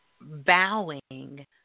bowing